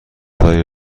ترین